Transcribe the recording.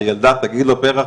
הילדה תגיד לו "פרח",